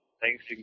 thanks